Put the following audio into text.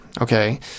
Okay